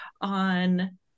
on